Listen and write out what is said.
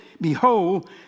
Behold